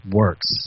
works